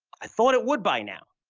i thought it would by now.